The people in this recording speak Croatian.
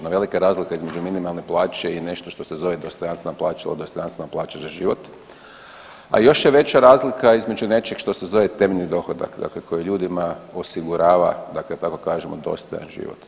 No velika je razlika između minimalne plaće i nešto što se zove dostojanstvena plaća jel, dostojanstvena plaća za život, a još je veća razlika između nečeg što se zove temeljni dohodak, dakle koji ljudima osigurava dakle da tako kažemo dostojan život.